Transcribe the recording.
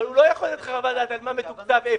אבל הוא יכול לתת חוות דעת על מה מתוקצב איפה.